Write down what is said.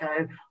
Okay